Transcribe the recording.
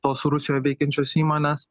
o su rusijoj veikiančios įmonės